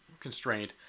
constraint